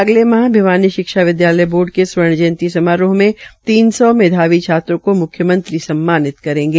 अगले माह भिवानी शिक्षा बोर्ड ने स्वर्ण जयंती समारोह में तीन सौ मेघावी छात्रों को मुख्यमंत्री सम्मानित करेंगे